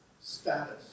status